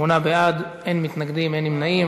שמונה בעד, אין מתנגדים, אין נמנעים.